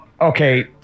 okay